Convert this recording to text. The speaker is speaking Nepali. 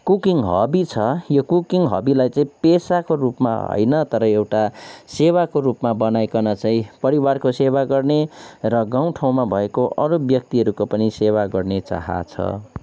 कुकिङ हबी छ यो कुकिङ हबीलाई चाहिँ पेसाको रूपमा होइन तर एउटा सेवाको रूपमा बनाइकन चाहिँ परिवारको सेवा गर्ने र गाउँ ठाउँमा भएको अरू व्यक्तिहरूको पनि सेवा गर्ने चाह छ